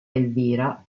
elvira